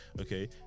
okay